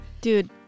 dude